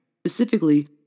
specifically